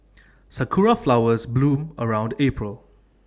Sakura Flowers bloom around April